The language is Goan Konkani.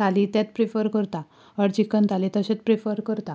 थाली तेंच प्रिफर करता ओर चिकन थाली तशेंच प्रिफर करता